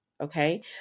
Okay